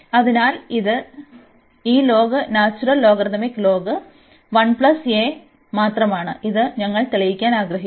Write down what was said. അതിനാൽ ഈ log natural logarithmic log മാത്രമാണ് ഇത് ഞങ്ങൾ തെളിയിക്കാൻ ആഗ്രഹിക്കുന്നു